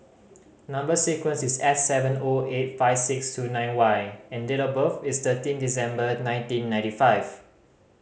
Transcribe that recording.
number sequence is S seven O eight five six two nine Y and date of birth is thirteen December nineteen ninety five